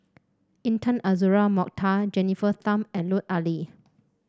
Intan Azura Mokhtar Jennifer Tham and Lut Ali